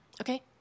okay